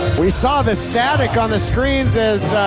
we saw the static on the screens as